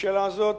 בשאלה זו,